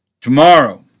tomorrow